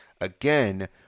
again